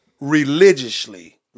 religiously